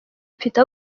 mfite